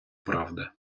правди